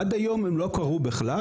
עד היום הן לא קראו בכלל,